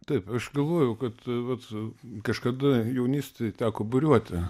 taip aš galvojau kad vat su kažkada jaunystėj teko buriuoti